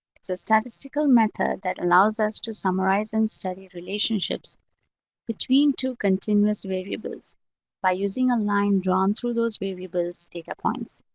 it's a statistical method that allows us to summarize and study of relationships between two continuous variables by using a line drawn through those variables take up once.